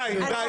די, די, מספיק.